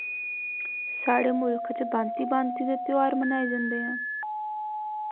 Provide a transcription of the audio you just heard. साढ़े लोक च भांति भांति दे ध्यार मनाये जंदे न